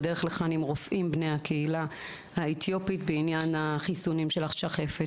בדרך לכאן דיברתי עם רופאים בני הקהילה האתיופית בעניין חיסוני השחפת.